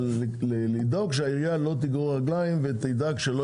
אבל לדאוג שהעירייה לא תגרור רגליים ותדאג שלא